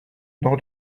nor